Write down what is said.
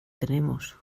tenemos